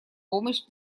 помощь